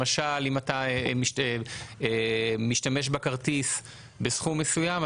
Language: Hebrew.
למשל אם אתה משתמש בכרטיס בסכום מסוים,